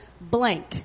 Blank